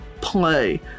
play